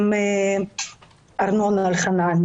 עם ארנון אלחנני,